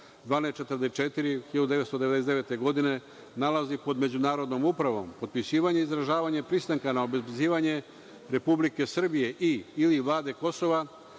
1244 od 1999. godine nalazi pod međunarodnom upravom, potpisivanje, izražavanje pristanka na obezbeđivanje Republike Srbije i/ili vlade Kosova